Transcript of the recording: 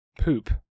poop